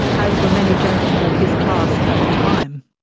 as were many gentlemen of his class at the time.